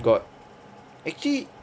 got actually